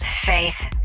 faith